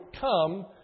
come